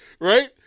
Right